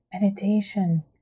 meditation